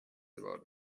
about